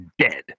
dead